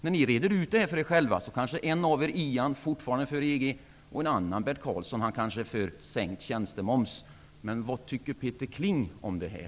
När ni reder ut detta för er själva kanske en av er, Ian Wachtmeister, fortfarande är för EG och en annan, Bert Karlsson, kanske är för sänkt tjänstemoms. Men vad tycker Peter Kling om det här?